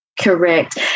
Correct